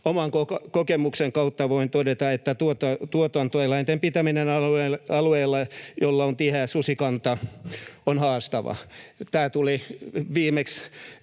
Oman kokemukseni kautta voin todeta, että tuotantoeläinten pitäminen alueella, jolla on tiheä susikanta, on haastavaa. Tämä tuli viimeksi